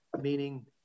meaning